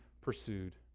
pursued